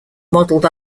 modelled